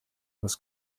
was